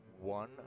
one